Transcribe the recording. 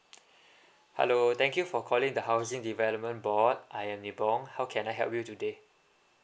hello thank you for calling the housing development board I am nibong how can I help you today